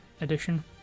Edition